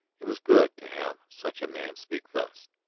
it was good to have such a man speak thus.